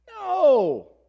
No